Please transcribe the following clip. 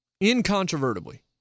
incontrovertibly